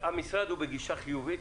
והמשרד הוא בגישה חיובית?